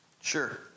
Sure